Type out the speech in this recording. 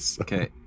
Okay